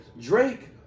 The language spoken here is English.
Drake